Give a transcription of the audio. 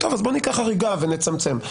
אז ניקח הריגה ונצמצם.